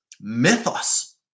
mythos